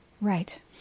Right